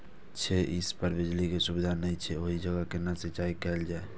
छै इस पर बिजली के सुविधा नहिं छै ओहि जगह केना सिंचाई कायल जाय?